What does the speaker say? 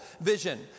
vision